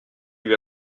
lui